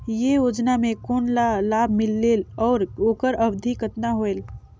ये योजना मे कोन ला लाभ मिलेल और ओकर अवधी कतना होएल